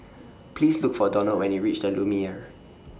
Please Look For Donald when YOU REACH The Lumiere